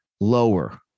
lower